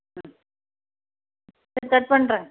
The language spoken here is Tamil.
ம் சரி கட் பண்ணுறேன்